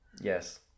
Yes